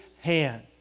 hand